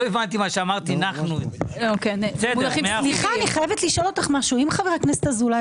אני חייבת לשאול אותך משהו: אם חבר הכנסת אזולאי